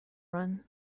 run